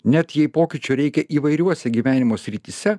net jei pokyčių reikia įvairiuose gyvenimo srityse